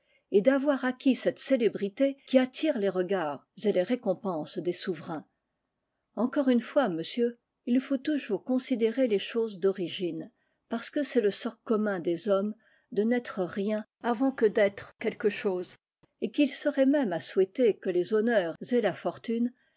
et d'avoir acquis cette célébrité qui attire les regards et les récompenses des souverains encore une fois monsieur il faut toujours considérer les choses d'origine parce que c'est le sort commun des hommes de n'être rien avant que d'être quelque chose et qu'il serait même à souhaiter que les honneurs et la fortune